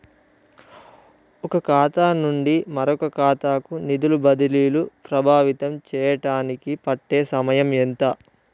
ఒక ఖాతా నుండి మరొక ఖాతా కు నిధులు బదిలీలు ప్రభావితం చేయటానికి పట్టే సమయం ఎంత?